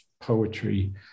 poetry